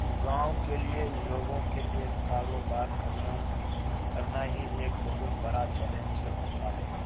گاؤں کے لیے لوگوں کے لیے کاروبار کرنا کرنا ہی ایک بہت بڑا چیلنج ہوتا ہے